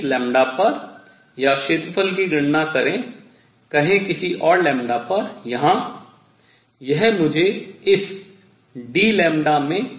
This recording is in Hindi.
इस लैम्ब्डा पर या क्षेत्रफल की गणना करें कहें किसी और लैम्ब्डा पर यहां यह मुझे इस d में निहित ऊर्जा देगा